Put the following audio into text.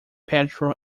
patrol